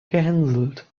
gehänselt